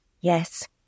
yes